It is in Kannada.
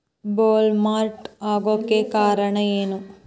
ಬೊಲ್ವರ್ಮ್ ಆಗೋಕೆ ಕಾರಣ ಏನು?